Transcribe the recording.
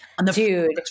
Dude